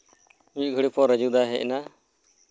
ᱢᱤᱫ ᱜᱷᱟᱹᱲᱤ ᱯᱚᱨ ᱡᱟᱹᱡᱩ ᱫᱟᱭ ᱦᱮᱡ ᱮᱱᱟ